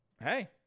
hey